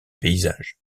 paysage